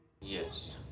Yes